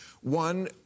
One